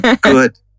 Good